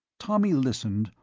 tommy listened,